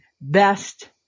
best